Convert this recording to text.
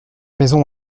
maison